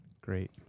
Great